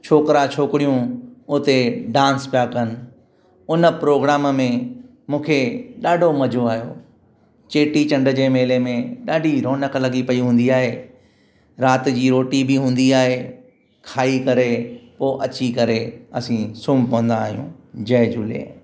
छोकरा छोकरियूं उते डांस पिया कनि उन प्रोग्राम में मूंखे ॾाढो मज़ो आयो चेटीचंड जे मेले में ॾाढी रौनक लगी पई हूंदी आहे राति जी रोटी बि हूंदी आहे खाई करे पोइ अची करे असीं सुम्ही पवंदा आहियूं जय झूले